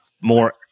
more